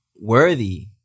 worthy